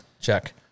check